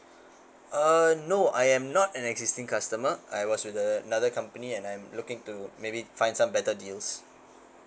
uh no I am not an existing customer I was with another company and I'm looking to maybe find some better deals